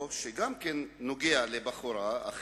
גם הוא נוגע לבחורה,